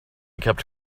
kept